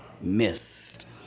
Missed